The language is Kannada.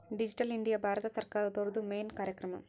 ಡಿಜಿಟಲ್ ಇಂಡಿಯಾ ಭಾರತ ಸರ್ಕಾರ್ದೊರ್ದು ಮೇನ್ ಕಾರ್ಯಕ್ರಮ